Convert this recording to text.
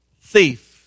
thief